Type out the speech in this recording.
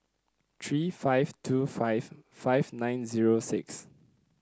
three five two five five nine zero six